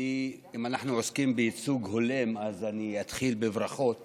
אם אנחנו עוסקים בייצוג הולם, אז אני אתחיל בברכות